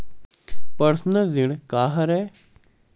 Personal ऋण का हरय?